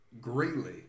greatly